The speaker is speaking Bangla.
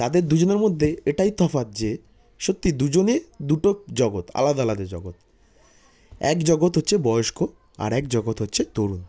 তাদের দুজনের মধ্যে এটাই তফাত যে সত্যিই দুজনে দুটো জগৎ আলাদা আলাদা জগৎ এক জগৎ হচ্ছে বয়স্ক আরেক জগৎ হচ্ছে তরুণ